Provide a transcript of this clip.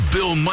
Bill